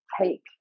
take